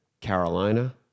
Carolina